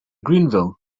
greenville